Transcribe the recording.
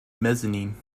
mezzanine